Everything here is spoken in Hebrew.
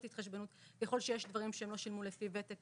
התחשבנות ככל שיש דברים שהם לא שילמו לפי ותק